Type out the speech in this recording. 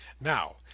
Now